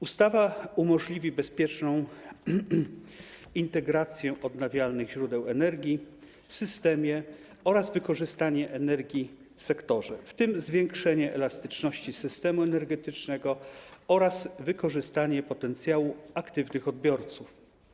Ustawa umożliwi bezpieczną integrację odnawialnych źródeł energii w systemie oraz wykorzystanie energii w sektorze, w tym zwiększenie elastyczności systemu energetycznego, a także wykorzystanie potencjału aktywnych odbiorców.